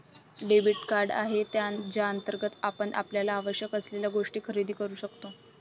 debit card आहे ज्याअंतर्गत आपण आपल्याला आवश्यक असलेल्या गोष्टी खरेदी करू शकतो